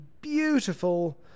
beautiful